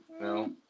No